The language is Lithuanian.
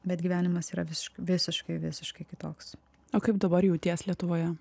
bet gyvenimas yra visi visiškai visiškai visiškai kitoks o kaip dabar jauties lietuvoje